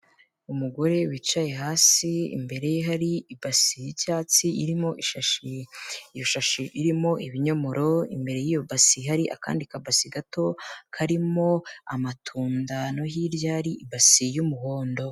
Umugore wicaye hasi imbere ye hari ibasi y'icyatsi irimo ishashi, iyo shashi irimo ibinyomoro imbere y'iyo basi hari akandi kabasi gato karimo amatunda no hirya hari ibasi y'umuhondo.